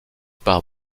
par